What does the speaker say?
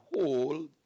whole